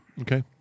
Okay